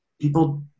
people